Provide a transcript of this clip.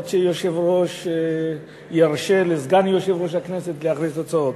עד שהיושב-ראש ירשה לסגן יושב-ראש הכנסת להכריז תוצאות.